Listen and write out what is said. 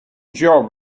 job